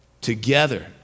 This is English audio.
together